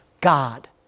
God